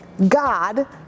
god